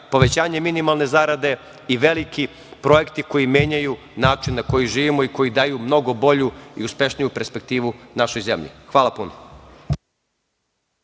povećanje minimalne zarade i veliki projekti koji menjaju način na koji živimo i koji daju mnogu bolju i uspešniju perspektivu našoj zemlji. Hvala puno.